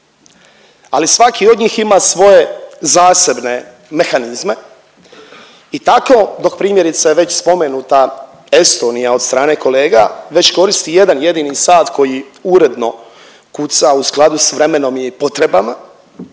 ali svaki od njih ima svoje zasebne mehanizme i tako, dok primjerice, već spomenuta Estonija od strane kolega već koristi jedan jedini sat koji uredno kuca u skladu s vremenom i potrebama,